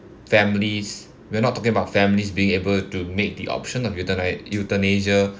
families we're not talking about families being able to make the option of euthani~ euthanasia